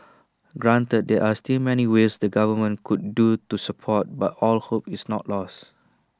granted there are still many ways the government could do to support but all hope is not lost